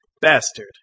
bastard